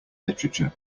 literature